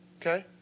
Okay